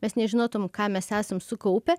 mes nežinotumėm ką mes esam sukaupę